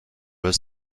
was